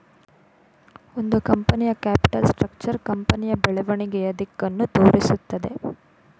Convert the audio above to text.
ಒಂದು ಕಂಪನಿಯ capital structure ಕಂಪನಿಯ ಬೆಳವಣಿಗೆಯ ದಿಕ್ಕನ್ನು ತೋರಿಸುತ್ತದೆ